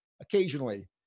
occasionally